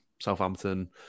Southampton